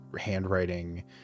handwriting